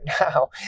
Now